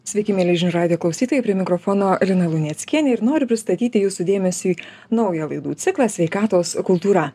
sveiki mieli žinių radijo klausytojai prie mikrofono lina luneckienė ir noriu pristatyti jūsų dėmesiui naują laidų ciklą sveikatos kultūra